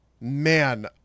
man